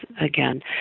again